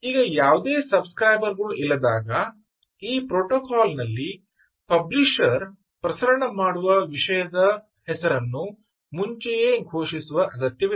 ಈಗ ಯಾವುದೇ subscriber ಗಳು ಇಲ್ಲದಾಗ ಈ ಪ್ರೋಟೋಕಾಲ್ನಲ್ಲಿ ಪಬ್ಲಿಷರ್ ಪ್ರಸರಣ ಮಾಡುವ ವಿಷಯದ ಹೆಸರನ್ನು ಮುಂಚೆಯೇ ಘೋಷಿಸುವ ಅಗತ್ಯವಿಲ್ಲ